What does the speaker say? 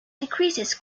decreases